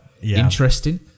Interesting